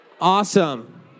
Awesome